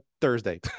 thursday